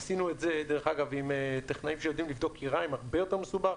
עשינו את זה עם טכנאים שיודעים לבדוק כיריים הרבה יותר מסובך.